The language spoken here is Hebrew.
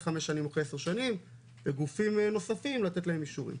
חמש שנים או עשר שנים וגופים נוספים לתת להם אישורים,